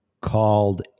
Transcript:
called